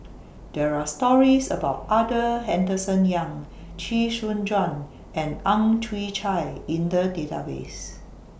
There Are stories about Arthur Henderson Young Chee Soon Juan and Ang Chwee Chai in The Database